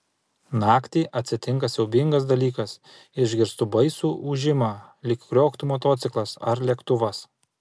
naktį atsitinka siaubingas dalykas išgirstu baisų ūžimą lyg krioktų motociklas ar lėktuvas